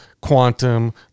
Quantum